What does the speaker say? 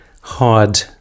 hard